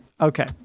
okay